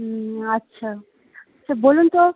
হুম আচ্ছা আচ্ছা বলুন তো